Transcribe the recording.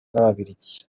b’ababiligi